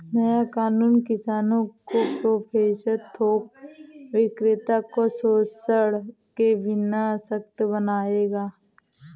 नया कानून किसानों को प्रोसेसर थोक विक्रेताओं को शोषण के बिना सशक्त बनाएगा